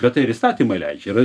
bet tai ir įstatymai leidžia yra